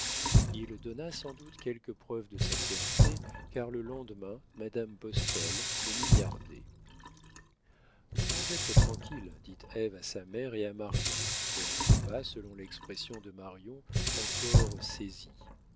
il donna sans doute quelques preuves de sincérité car le lendemain madame postel le mignardait nous pouvons être tranquilles dit ève à sa mère et à marion qu'elle trouva selon l'expression de marion encore saisies